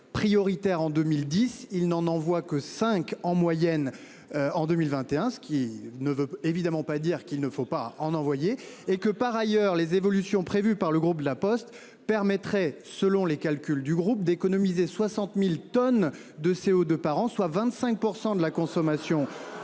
prioritaire en 2010, il n'en envoie que 5 en moyenne en 2021, ce qui ne veut évidemment pas dire qu'il ne faut pas en envoyer et que par ailleurs les évolutions prévues par le groupe de la Poste permettrait selon les calculs du groupe d'économiser 60.000 tonnes. De CO2 par an, soit 25% de la consommation